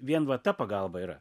vien va ta pagalba yra